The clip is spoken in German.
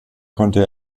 konnte